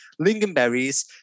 lingonberries